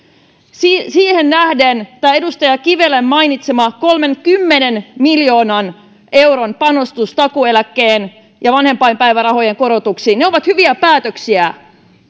siihen nähden tämä edustaja kivelän mainitsema kolmenkymmenen miljoonan euron panostus takuueläkkeen ja vanhempainpäivärahojen korotuksiin ne ovat hyviä päätöksiä